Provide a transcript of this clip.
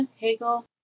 hegel